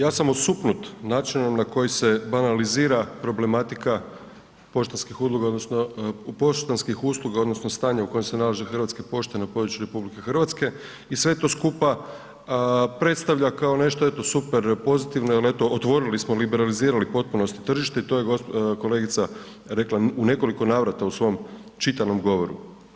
Ja sam osupnut načinom na koji se banalizira problematika poštanskih usluga odnosno stanja u kojem se nalaze hrvatske pošte na području RH i sve to skupa predstavlja kao nešto eto super pozitivno jel eto otvorili smo liberalizirali u potpunosti tržište i to je kolegica rekla u nekoliko navrata u svom čitanom govoru.